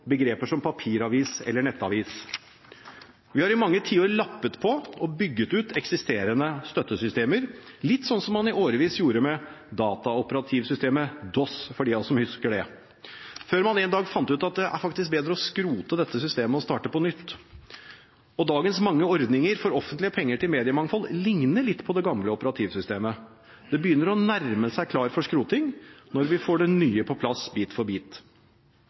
begreper som papiravis eller nettavis. Vi har i mange tiår lappet på og bygd ut eksisterende støttesystemer, litt som man i årevis gjorde med operativsystemet DOS – for dem av oss som husker det – før man en dag fant ut at det faktisk var bedre å skrote det systemet og starte på nytt. Dagens mange ordninger for offentlige penger til mediemangfold ligner litt på det gamle operativsystemet. Det begynner å nærme seg klar for skroting når vi får det nye på plass bit for bit.